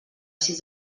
sis